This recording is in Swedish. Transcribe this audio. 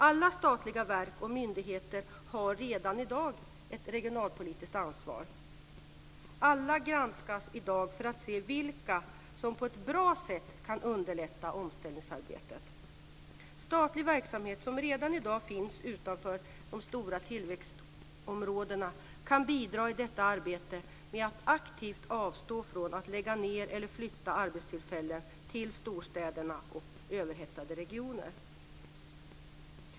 Alla statliga verk och myndigheter har redan i dag ett regionalpolitiskt ansvar. Alla granskas i dag för att man ska se vilka som på ett bra sätt kan underlätta omställningsarbetet. Statlig verksamhet som redan i dag finns utanför de stora tillväxtområdena kan bidra i detta arbete med att aktivt avstå från att lägga ned eller flytta arbetstillfällen till storstäderna och överhettade regioner.